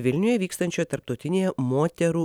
vilniuje vykstančioje tarptautinėje moterų